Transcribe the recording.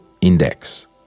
index